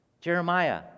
Jeremiah